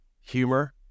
humor